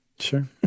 Sure